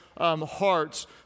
Hearts